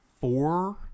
four